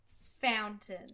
fountain